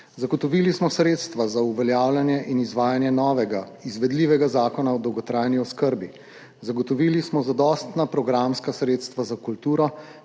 Zagotovili smo sredstva za uveljavljanje in izvajanje novega izvedljivega zakona o dolgotrajni oskrbi, zagotovili smo zadostna programska sredstva za kulturo,